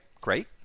Great